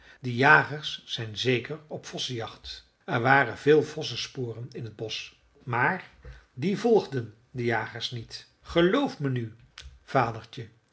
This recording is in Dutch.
die jagers zijn zeker op de vossenjacht er waren veel vossensporen in het bosch maar die volgden de jagers niet geloof me nu